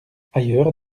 ailleurs